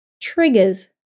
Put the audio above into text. triggers